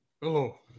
Hello